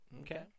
okay